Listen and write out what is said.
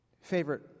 favorite